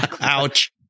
Ouch